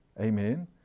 Amen